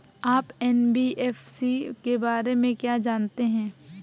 आप एन.बी.एफ.सी के बारे में क्या जानते हैं?